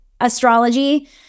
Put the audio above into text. astrology